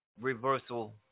reversal